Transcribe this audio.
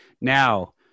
now